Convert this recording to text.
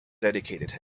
educated